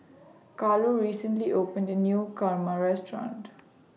Carlo recently opened A New Kurma Restaurant